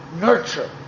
nurture